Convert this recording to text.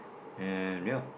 and ya